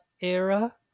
era